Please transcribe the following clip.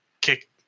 kick